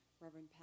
Reverend